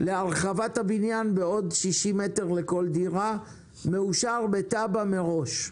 להרחבת הבניין בעוד 60 מטר לכל דירה מאושר בתב"ע מראש.